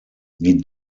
die